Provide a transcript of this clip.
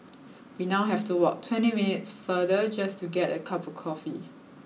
we now have to walk twenty minutes farther just to get a cup of coffee